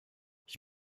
ich